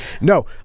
No